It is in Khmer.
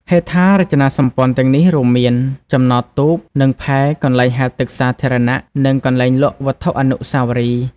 ហេដ្ឋារចនាសម្ព័ន្ធទាំងនេះរួមមាន ចំណតទូក និងផែ កន្លែងហែលទឹកសាធារណៈ និងកន្លែងលក់វត្ថុអនុស្សាវរីយ៍។